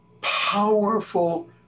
powerful